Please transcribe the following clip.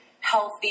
healthy